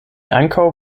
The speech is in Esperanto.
ankaŭ